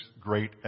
great